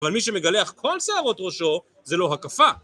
אבל מי שמגלח כל שערות ראשו, זה לא הקפה.